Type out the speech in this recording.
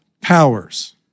powers